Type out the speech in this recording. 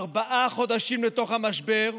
ארבעה חודשים לתוך המשבר,